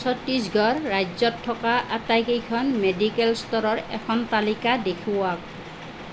ছত্তীশগড় ৰাজ্যত থকা আটাইকেইখন মেডিকেল ষ্ট'ৰৰ এখন তালিকা দেখুৱাওক